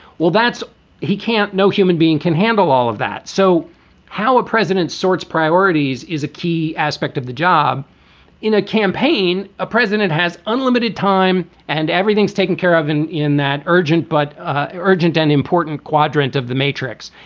well, that's he can't. no human being can handle all of that. so how president sorts priorities is a key aspect of the job in a campaign. a president has unlimited time and everything's taken care of in in that urgent but ah urgent and important quadrant of the matrix.